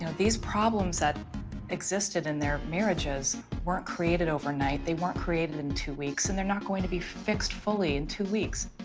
you know these problems that existed in their marriages weren't created overnight, they weren't created in two weeks, and they're not going to be fixed fully in two weeks.